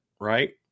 right